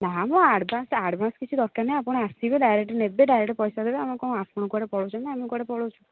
ନା ମ advance advance କିଛି ଦରକାର ନାହିଁ ଆପଣ ଆସିବେ ଡାଇରେକ୍ଟ ନେବେ ଡାଇରେକ୍ଟ ପଇସା ଦେବେ ଆମେ କ'ଣ ଆପଣ କୁଆଡ଼େ ପଳାଉଛନ୍ତି ନା ଆମେ କୁଆଡ଼େ ପଳାଉଛୁ